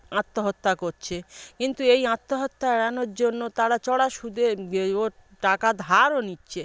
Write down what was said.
আত্মহত্যা করছে কিন্তু এই আত্মহত্যা এড়ানোর জন্য তারা চড়া সুদে গেই ও টাকা ধারও নিচ্ছে